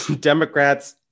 Democrats